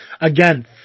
Again